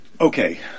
Okay